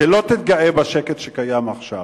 שלא תתגאה בשקט שקיים עכשיו,